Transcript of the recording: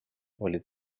oli